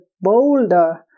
boulder